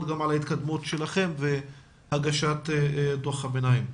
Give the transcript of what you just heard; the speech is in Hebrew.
גם על ההתקדמות שלכם והגשת דוח הביניים.